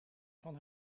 van